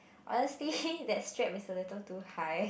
honestly that strap is a little too high